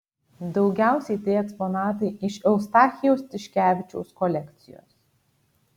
daugiausiai tai eksponatai iš eustachijaus tiškevičiaus kolekcijos